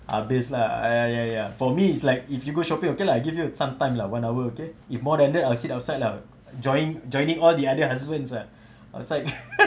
habis lah ah ya ya ya for me is like if you go shopping okay lah I give you some time lah one hour okay if more than that I'll sit outside lah join joining all the other husbands ah outside